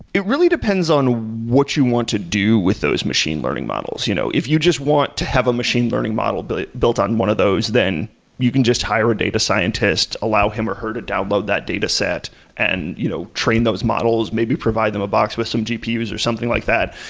it really depends on what you want to do with those machine learning models. you know if you just want to have a machine learning model built built on one of those, then you can just hire a data scientist, allow him or her to download that dataset and you know train those models, maybe provide them a box with some gpu's or something like that,